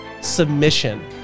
submission